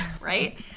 right